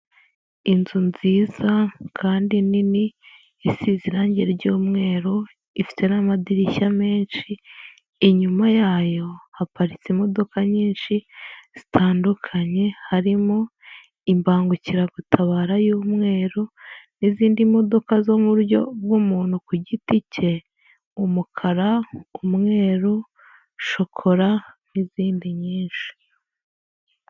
Inzu nziza kandi nini, isize irangi ry'umweru, ifite n'amadirishya menshi. Inyuma yayo haparitse imodoka nyinshi zitandukanye, harimo imbangukiragutabara y'umweru, n'izindi modoka zo mu buryo bw'umuntu ku giti cye, umukara, umweru, shokora n'izindi nyinshi.